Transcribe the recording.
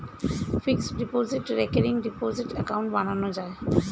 fixed deposit, recurring deposit account বানানো যায়